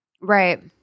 Right